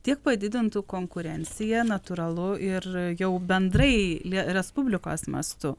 tiek padidintų konkurenciją natūralu ir jau bendrai respublikos mastu